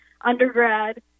undergrad